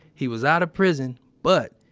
he was out of prison but,